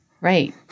Right